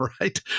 right